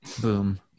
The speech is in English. boom